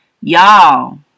Y'all